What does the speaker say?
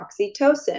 oxytocin